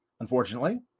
unfortunately